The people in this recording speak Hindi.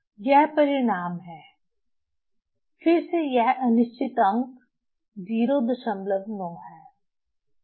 यह परिणाम है फिर से यह अनिश्चित अंक 09 है